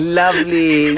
lovely